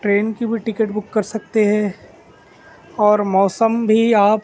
train کی بھی ticket book کر سکتے ہے اور موسم بھی آپ